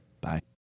Bye